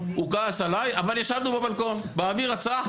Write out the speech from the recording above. הוא כעס עליי אבל ישבנו בבלקון באוויר הצח,